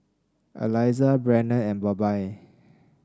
Aliza Brannon and Bobbye